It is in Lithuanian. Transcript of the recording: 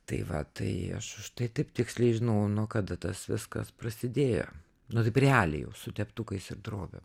tai va tai aš už tai taip tiksliai žinau nuo kada tas viskas prasidėjo nu taip realiai jau su teptukais ir drobėm